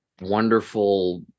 wonderful